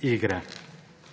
igre.